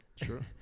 True